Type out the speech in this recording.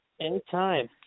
Anytime